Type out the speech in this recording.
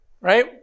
right